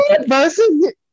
Versus